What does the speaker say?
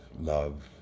love